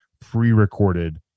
pre-recorded